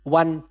one